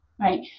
right